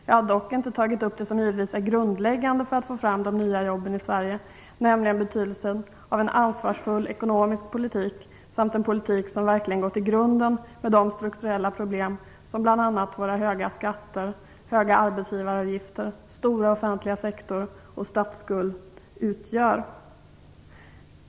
Jag har dock inte tagit upp det som givetvis är grundläggande för att få fram de nya jobben i Sverige, nämligen betydelsen av en ansvarsfull ekonomisk politik samt en politik där man verkligen går till grunden med de strukturella problem som bl.a. våra höga skatter, höga arbetsgivaravgifter, stora offentliga sektor och statsskuld innebär.